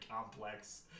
complex